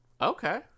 Okay